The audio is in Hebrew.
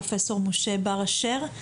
פרופ' משה בר אשר,